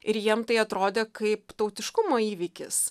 ir jiem tai atrodė kaip tautiškumo įvykis